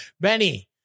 Benny